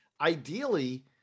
Ideally